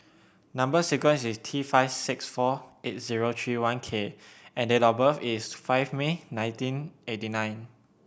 number sequence is T five six four eight zero three one K and date of birth is five May nineteen eighty nine